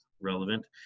relevant